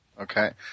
Okay